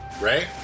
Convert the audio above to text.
Ray